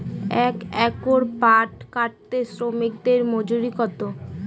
এক একর পাট কাটতে শ্রমিকের মজুরি কত?